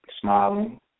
Smiling